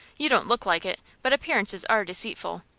you don't look like it, but appearances are deceitful.